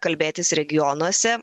kalbėtis regionuose